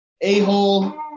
a-hole